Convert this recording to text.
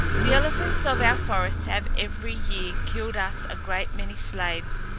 the elephants of our forest have every year killed us a great many slaves,